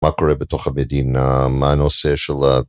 מה קורה בתוך המדינה, מה הנושא של ה...